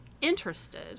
interested